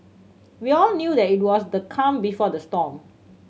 we all knew that it was the calm before the storm